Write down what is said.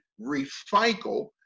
recycle